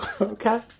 Okay